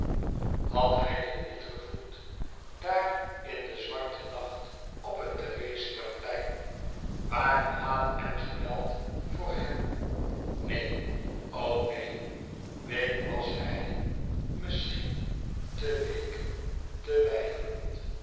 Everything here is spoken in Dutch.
had hij dit niet gevoeld daar in den zwarten nacht op het therezia plein waren haat en geweld voor hem neen o neen week was hij misschien tè week te weifelend